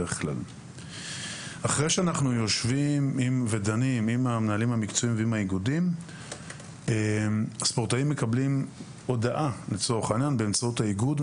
לאחר הדיון מול האיגודים הספורטאים מקבלים הודעה באמצעות האיגוד,